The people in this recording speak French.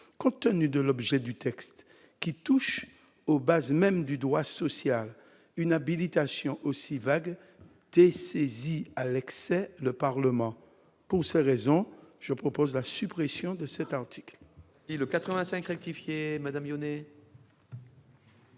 Compte tenu de l'objet du texte, qui touche aux bases mêmes du droit social, une habilitation aussi vague dessaisit à l'excès le Parlement. Pour ces raisons, je propose la suppression de cet article.